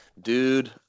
Dude